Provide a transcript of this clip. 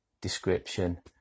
Description